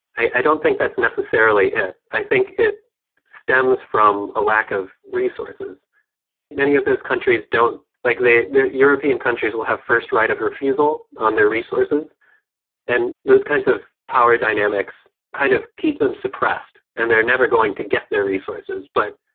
i don't think that's necessarily it. i think it stems from a lack of resources many of those countries don't like european european countries will have first right of refusal on their resources and those kinds of power dynamics kind of keep them suppressed and they're never going to get their resources. but